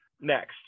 next